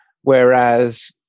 Whereas